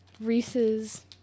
Reese's